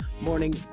morning